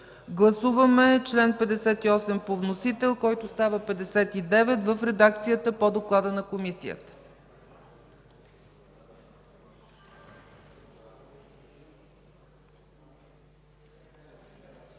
Гласуваме чл. 58 по вносител, който става чл. 59, в редакцията по доклада на Комисията.